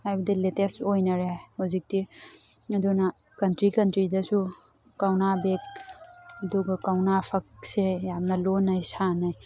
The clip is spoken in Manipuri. ꯍꯥꯏꯕꯗꯤ ꯂꯦꯇꯦꯁ ꯑꯣꯏꯅꯔꯦ ꯍꯧꯖꯤꯛꯇꯤ ꯑꯗꯨꯅ ꯀꯟꯇ꯭ꯔꯤ ꯀꯟꯇ꯭ꯔꯤꯗꯁꯨ ꯀꯧꯅꯥ ꯕꯦꯛ ꯑꯗꯨꯒ ꯀꯧꯅꯥ ꯐꯛꯁꯦ ꯌꯥꯝꯅ ꯂꯣꯟꯅꯩ ꯁꯥꯅꯩ